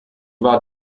war